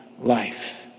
life